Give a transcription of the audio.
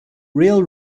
real